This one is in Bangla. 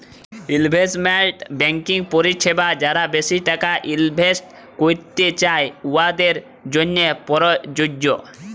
ইলভেস্টমেল্ট ব্যাংকিং পরিছেবা যারা বেশি টাকা ইলভেস্ট ক্যইরতে চায়, উয়াদের জ্যনহে পরযজ্য